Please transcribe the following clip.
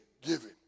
giving